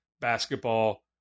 basketball